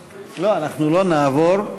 לא, אנחנו לא נעבור.